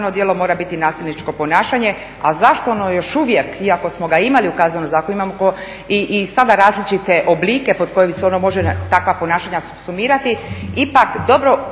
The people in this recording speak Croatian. djelo mora biti nasilničko ponašanje. A zašto ono još uvijek, iako smo ga imali u Kaznenom zakonu, imamo i sada različite oblike pod koja se mogu takva ponašanja sumirati, ipak dobro